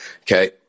okay